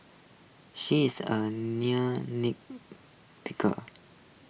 she is A near nit picker